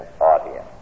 audience